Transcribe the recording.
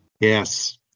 Yes